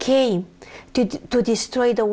came to destroy the